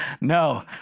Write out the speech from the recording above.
No